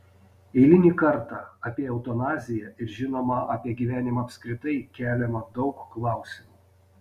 eilinį kartą apie eutanaziją ir žinoma apie gyvenimą apskritai keliama daug klausimų